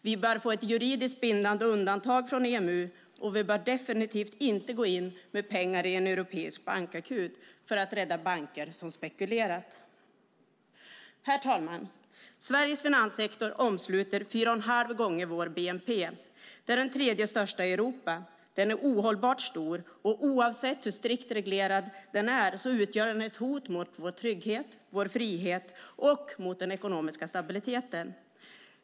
Vi bör få ett juridiskt bindande undantag från EMU, och vi bör definitivt inte gå in med pengar i en europeisk bankakut för att rädda banker som spekulerar. Herr talman! Sveriges finanssektor omsluter 4 1⁄2 gånger vår bnp. Det är den tredje största i Europa. Den är ohållbart stor, och oavsett hur strikt reglerad den är utgör den ett hot mot vår trygghet, vår frihet och den ekonomiska stabiliteten.